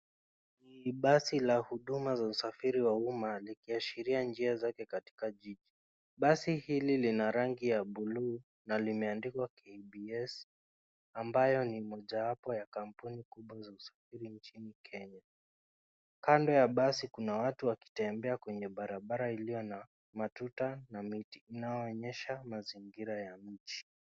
Ni basi la huduma za usafiri wa umma likiashiria njia zake katika jiji. Basi hili lina rangi ya buluu na limeandikwa KBS ambayo ni mojawapo ya kampuni kubwa za usafiri nchini Kenya. Kando ya basi kuna watu wakitembea kwenye barabara iliyo na matuta na miti inayoonyesha mazingira ya mji.